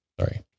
Sorry